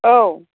औ